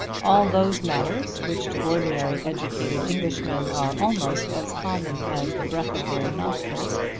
all those matters which to ordinary educated englishmen are almost as common as the breath of their nostrils,